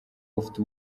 ufite